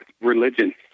Religion